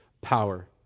power